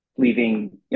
leaving